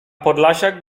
podlasiak